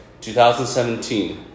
2017